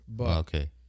Okay